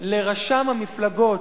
לרשם המפלגות,